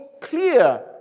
clear